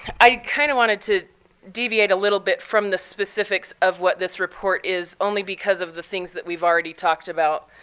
i kind of wanted to deviate a little bit from the specifics of what this report is only because of the things that we've already talked about.